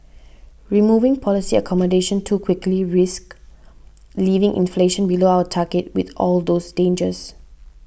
removing policy accommodation too quickly risks leaving inflation below our target with all those dangers